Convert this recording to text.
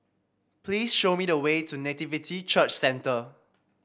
please show me the way to Nativity Church Centre